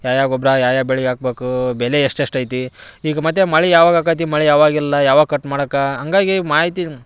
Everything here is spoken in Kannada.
ಯಾವ ಯಾವ ಗೊಬ್ಬರ ಯಾವ ಯಾವ ಬೆಳೆ ಹಾಕ್ಬೇಕು ಬೆಲೆ ಎಷ್ಟು ಎಷ್ಟು ಐತಿ ಈಗ ಮತ್ತೆ ಮಳೆ ಯಾವಾಗ ಆಕ್ಕತ್ತಿ ಮಳೆ ಯಾವಾಗಿಲ್ಲ ಯಾವಾಗ ಕಟ್ ಮಾಡೋಕೆ ಹಂಗಾಗಿ ಮಾಹಿತಿ